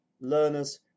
learners